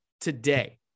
today